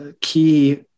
key